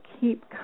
keep